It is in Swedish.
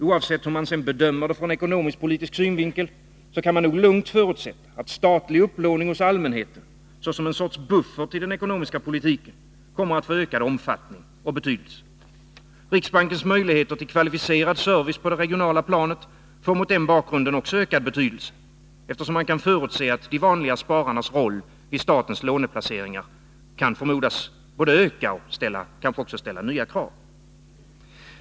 Oavsett hur man bedömer det hela ur ekonomisk-politisk synvinkel, kan man lugnt förutsätta att statlig upplåning hos allmänheten, såsom en sorts buffert i den ekonomiska politiken, kommer att få ökad omfattning och betydelse. Riksbankens möjligheter till kvalificerad service på det regionala planet får mot den bakgrunden ökad betydelse, eftersom man kan förutse att de vanliga spararnas roll vid statens låneplaceringar kan förmodas öka och ställa nya krav.